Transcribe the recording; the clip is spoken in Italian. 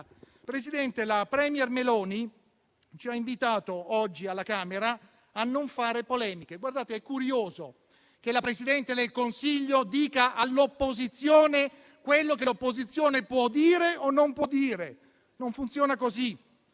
Presidente, la *premier* Meloni ci ha invitato oggi alla Camera a non fare polemiche. È curioso che la Presidente del Consiglio dica all'opposizione quello che può dire o non può dire. Non funziona così,